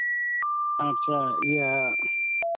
ᱟᱪᱪᱷᱟ ᱤᱭᱟᱹ